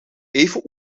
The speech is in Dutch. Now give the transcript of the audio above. even